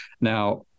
Now